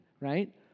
Right